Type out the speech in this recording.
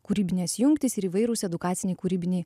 kūrybinės jungtys ir įvairūs edukaciniai kūrybiniai